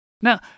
Now